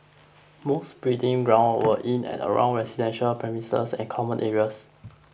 most breeding grounds were in and around residential premises and common areas